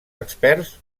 experts